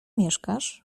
mieszkasz